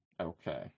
Okay